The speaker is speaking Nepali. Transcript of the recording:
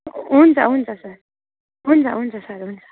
हुन्छ हुन्छ सर हुन्छ हुन्छ सर हुन्छ